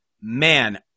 man